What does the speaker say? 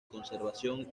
conservación